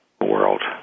world